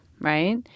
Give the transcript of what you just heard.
right